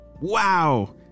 Wow